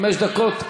חמש דקות.